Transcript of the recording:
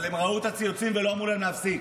אבל הם ראו את הציוצים ולא אמרו להם להפסיק.